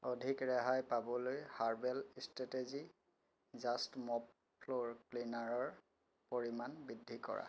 অধিক ৰেহাই পাবলৈ herbal strategy just mop floor ক্লিনাৰৰ পৰিমাণ বৃদ্ধি কৰা